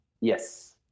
Yes